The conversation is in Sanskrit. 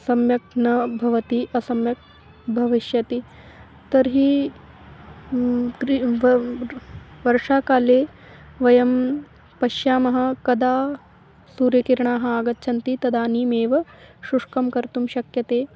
सम्यक् न भवति असम्यक् भविष्यति तर्हि क्रि व वर्षाकाले वयं पश्यामः कदा सूर्यकिरणाः आगच्छन्ति तदानीमेव शुष्कं कर्तुं शक्यते